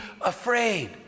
afraid